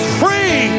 free